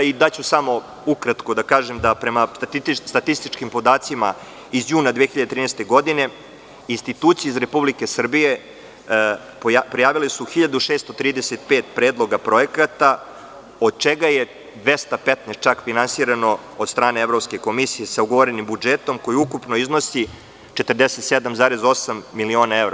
Ukratko ću reći, prema statističkim podacima iz juna 2013. godine, institucije iz Republike Srbije prijavile su 1635 predloga projekata, od čega je čak 215 finansirano od strane Evropske komisije, sa ugovorenim budžetom, koji ukupno iznosi 47,8 miliona evra.